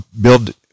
Build